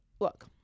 look